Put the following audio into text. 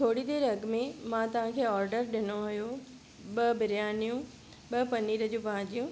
थोरी देरि अॻ में मां तव्हांखे ऑडर ॾिनो हुयो ॿ बिरयानियूं ॿ पनीर जूं भाॼियूं